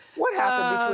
what happened